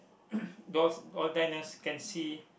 those old diners can see